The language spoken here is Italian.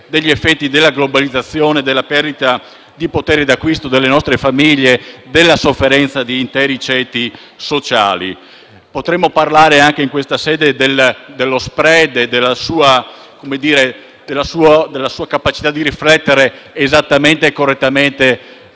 degli effetti della globalizzazione, della perdita di potere d'acquisto delle nostre famiglie, della sofferenza di interi ceti sociali. Potremmo parlare anche in questa sede dello *spread* e della sua capacità di riflettere esattamente e correttamente